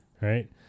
right